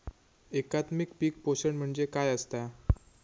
एकात्मिक पीक पोषण म्हणजे काय असतां?